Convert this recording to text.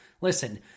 Listen